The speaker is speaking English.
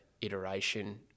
iteration